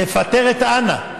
תפטר את אנה.